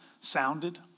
sounded